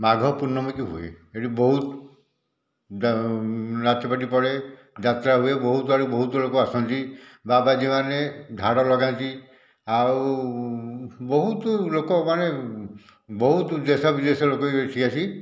ମାଘ ପୂର୍ଣ୍ଣମୀକୁ ହୁଏ ଏଇଠି ବହୁତ ନାଚପାଟି ପଡ଼େ ଯାତ୍ରା ହୁଏ ବହୁତ ଆଡ଼ୁ ବହୁତ ଲୋକ ଆସନ୍ତି ବାବାଜୀ ମାନେ ଝାଡ଼ ଲଗାନ୍ତି ଆଉ ବହୁତ ଲୋକମାନେ ବହୁତ ଦେଶ ବିଦେଶରୁ ଲୋକ ଏଇଠି ଆସି